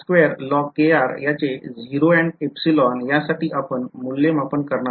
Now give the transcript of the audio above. याचे 0 and या साठी आपण मूल्यमापन करणार आहोत